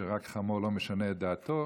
שרק חמור לא משנה את דעתו,